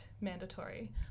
mandatory